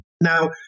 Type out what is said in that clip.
Now